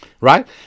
right